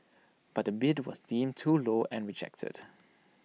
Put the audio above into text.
but the bid was deemed too low and rejected